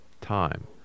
time